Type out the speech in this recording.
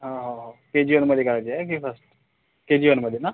हं हो हो के जी वनमध्ये करायचं आहे की फर्स्ट के जी वनमध्ये ना